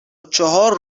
چهار